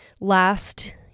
last